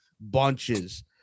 bunches